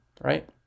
right